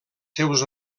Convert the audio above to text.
seus